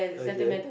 okay